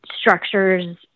structures